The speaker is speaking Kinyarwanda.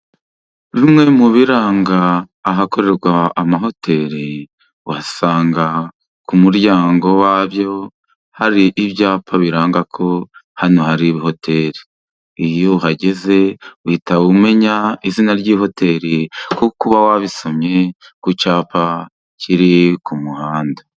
Bimwe mu biranga ahakorerwa amahoteri uhasanga ku muryango wa byo hari ibyapa biranga ko hano hari hoteri. Iyo uhageze, uhita umenya izina ry'ihoteri kuko uba wabisomye ku cyapa kiri ku muhanda.